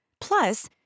Plus